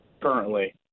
currently